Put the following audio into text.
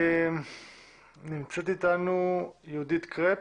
נמצאת אתנו יהודית קרפ?